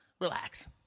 Relax